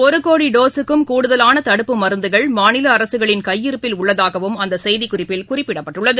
ஒருகோடிடோஸுக்கும் கூடுதவானதடுப்பு மருந்துகள் மாநிலஅரசுகளின் கையிருப்பில் உள்ளதாகவும் அந்தசெய்திக்குறிப்பில் குறிப்பிடப்பட்டுள்ளது